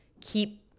keep